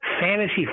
fantasy